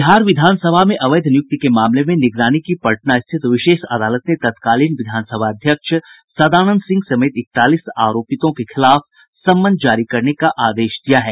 बिहार विधानसभा में अवैध नियुक्ति के मामले में निगरानी की पटना स्थित विशेष अदालत ने तत्कालीन विधानसभा अध्यक्ष सदानंद सिंह समेत इकतालीस आरोपितों के खिलाफ समन जारी करने का आदेश दिया है